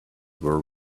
were